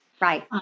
Right